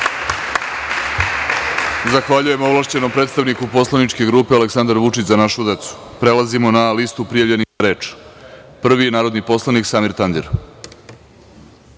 Zahvaljujem ovlašćenom predstavniku poslaničke grupe Aleksandar Vučić – Za našu decu. Prelazimo na listu prijavljenih za reč. Prvi je narodni poslanik Samir Tandir.